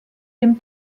dem